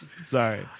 Sorry